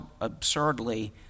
absurdly